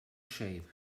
shape